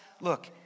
Look